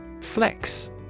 Flex